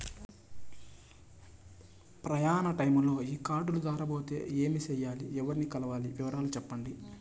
ప్రయాణ టైములో ఈ కార్డులు దారబోతే ఏమి సెయ్యాలి? ఎవర్ని కలవాలి? వివరాలు సెప్పండి?